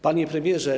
Panie Premierze!